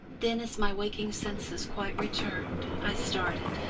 then, as my waking senses quite returned, i started.